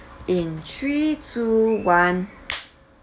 in three two one